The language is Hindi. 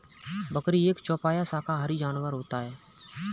बकरी एक चौपाया शाकाहारी जानवर होता है